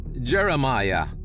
Jeremiah